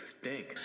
stink